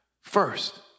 first